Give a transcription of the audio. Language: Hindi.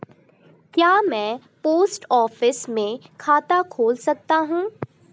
क्या मैं पोस्ट ऑफिस में खाता खोल सकता हूँ?